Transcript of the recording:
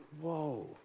whoa